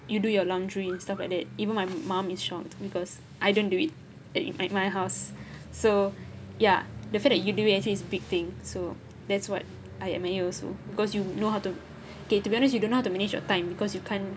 you do your laundry and stuff like that even my mom is shocked because I don't do it uh in my house so ya the fact that you do actually is big thing so that's what I admire also because you know how to okay to honest you don't know how to manage your time because you can't